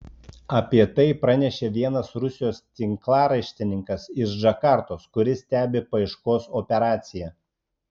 apie tai pranešė vienas rusijos tinklaraštininkas iš džakartos kuris stebi paieškos operaciją